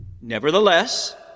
Nevertheless